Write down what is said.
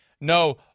No